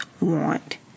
want